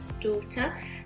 daughter